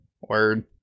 Word